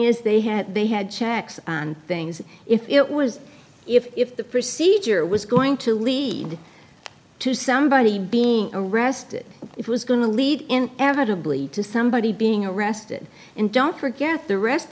is they had they had checks and things if it was if the procedure was going to lead to somebody being arrested it was going to lead in evidently to somebody being arrested and don't forget the rest